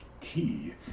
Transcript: Key